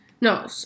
no